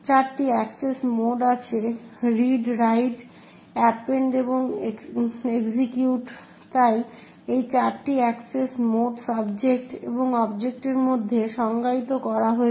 চারটি access mode আছে read write append এবং এক্সিকিউট তাই এই চারটি এক্সেস মোড সাবজেক্ট এবং অবজেক্টের মধ্যে সংজ্ঞায়িত করা হয়েছে